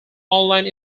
online